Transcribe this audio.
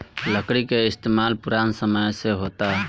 लकड़ी के इस्तमाल पुरान समय से होता